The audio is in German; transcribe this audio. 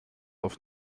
auf